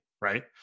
right